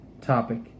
topic